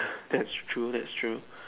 that's true that's true